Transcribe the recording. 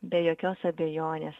be jokios abejonės